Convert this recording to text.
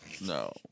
No